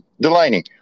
Delaney